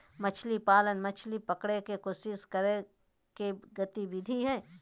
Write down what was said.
मछली पालन, मछली पकड़य के कोशिश करय के गतिविधि हइ